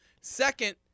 Second